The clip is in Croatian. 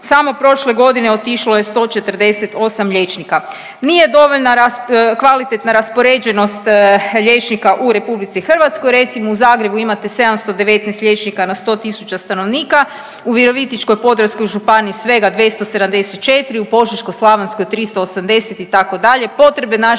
samo prošle godine otišlo je 148 liječnika. Nije dovoljna kvalitetna raspoređenost liječnika u Republici Hrvatskoj. Recimo u Zagrebu imate 719 liječnika na 100 000 stanovnika. U Virovitičko-podravskoj županiji svega 274, u Požeško-slavonskoj 380 itd.